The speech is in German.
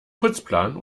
putzplan